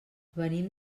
venim